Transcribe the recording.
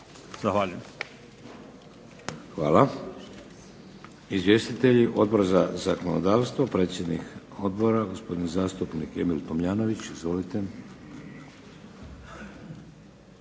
(HDZ)** Hvala. Izvjestitelji Odbor za zakonodavstvo, predsjednik Odbora gospodin zastupnik Emil Tomljanović. Izvolite.